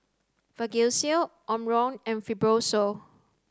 Vagisil Omron and Fibrosol